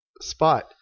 spot